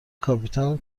کاپیتان